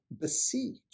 besiege